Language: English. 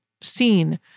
seen